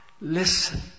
listen